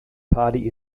party